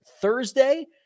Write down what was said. Thursday